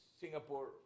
Singapore